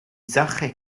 sache